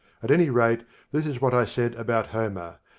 at any rate this is what i said about homer,